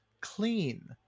clean